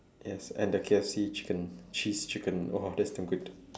yes and the K_F_C chicken cheese chicken !wah! that's damn good